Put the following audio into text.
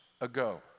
ago